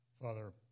Father